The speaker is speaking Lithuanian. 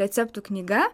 receptų knyga